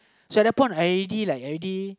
so at that point I already like I already